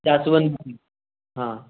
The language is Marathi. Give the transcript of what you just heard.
जास्वंदी हां